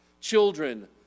children